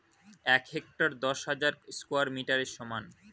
এক হেক্টার দশ হাজার স্কয়ার মিটারের সমান